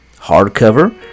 hardcover